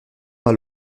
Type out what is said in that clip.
mal